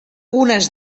unes